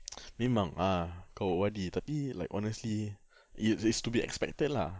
memang ah kau O_R_D tapi like honestly it is to be expected lah